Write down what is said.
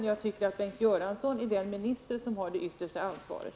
Och jag tycker att Bengt Göransson är den minister som har det yttersta ansvaret.